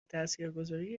تاثیرگذاری